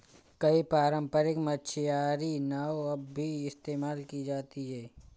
कई पारम्परिक मछियारी नाव अब भी इस्तेमाल की जाती है